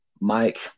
Mike